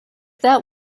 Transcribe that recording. that